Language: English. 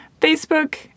Facebook